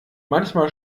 manchmal